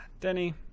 Denny